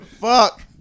Fuck